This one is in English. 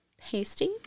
pasties